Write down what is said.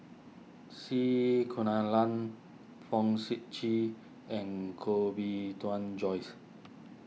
C Kunalan Fong Sip Chee and Koh Bee Tuan Joyce